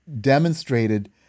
demonstrated